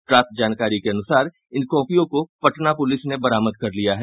प्राप्त जानकारी के अनुसार इन कॉपियों को पटना प्रलिस ने बरामद कर लिया है